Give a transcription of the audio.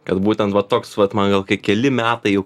kad būten va toks vat man gal kai keli metai jau